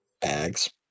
bags